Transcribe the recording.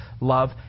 love